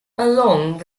along